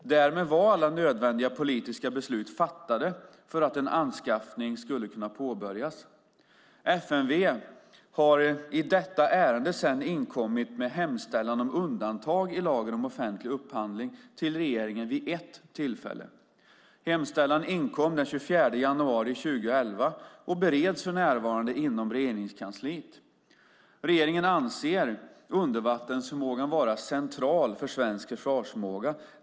Därmed var alla nödvändiga politiska beslut fattade för att en anskaffning skulle kunna påbörjas. FMV har i detta ärende sedan inkommit med hemställan om undantag i lagen om offentlig upphandling till regeringen vid ett tillfälle. Hemställan inkom den 24 januari 2011 och bereds för närvarande inom Regeringskansliet. Regeringen anser undervattensförmågan vara central för svensk försvarsförmåga.